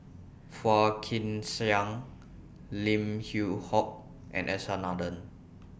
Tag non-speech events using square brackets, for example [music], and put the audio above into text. Phua Kin Siang Lim Yew Hock and S R Nathan [noise]